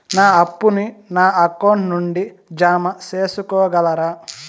నా అప్పును నా అకౌంట్ నుండి జామ సేసుకోగలరా?